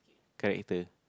character